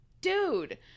dude